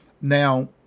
Now